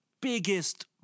biggest